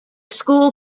school